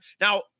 Now